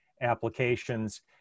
applications